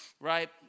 Right